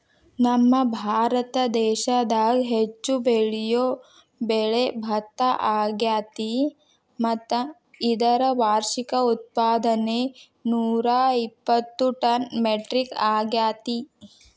ನಮ್ಮಭಾರತ ದೇಶದಾಗ ಹೆಚ್ಚು ಬೆಳಿಯೋ ಬೆಳೆ ಭತ್ತ ಅಗ್ಯಾತಿ ಮತ್ತ ಇದರ ವಾರ್ಷಿಕ ಉತ್ಪಾದನೆ ನೂರಾಇಪ್ಪತ್ತು ಟನ್ ಮೆಟ್ರಿಕ್ ಅಗ್ಯಾತಿ